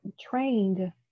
trained